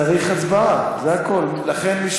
צריך הצבעה, זה הכול.